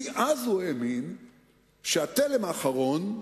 כי אז הוא האמין שהתלם האחרון,